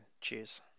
Cheers